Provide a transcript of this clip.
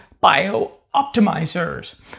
Bio-Optimizers